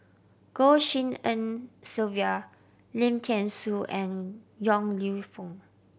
Goh Tshin En Sylvia Lim Thean Soo and Yong Lew Foong